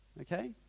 okay